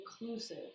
inclusive